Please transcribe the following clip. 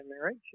marriage